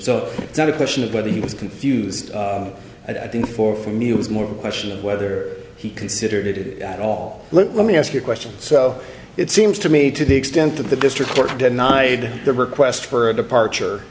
it's not a question of whether he was confused i think for for me it was more a question of whether he considered it at all let me ask you questions so it seems to me to the extent of the district court denied the request for a departure